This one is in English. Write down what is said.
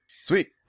Sweet